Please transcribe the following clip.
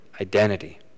identity